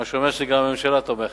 מה שאומר שגם הממשלה תומכת.